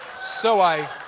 so i